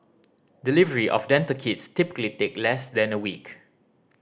delivery of dental kits typically take less than a week